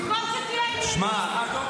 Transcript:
אני אצביע, כי זה לא הוגן מה שאמרת עכשיו.